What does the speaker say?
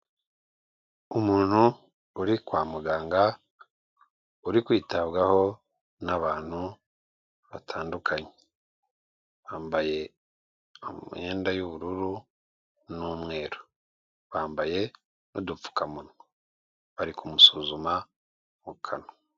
Umuntu uri kwa muganga uri kwitabwaho n'abantu batandukanye bambaye imyenda y'ubururu n'umweru, bambaye n'udupfukamunwa bari kumusuzuma mu kanwa.